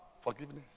Forgiveness